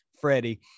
Freddie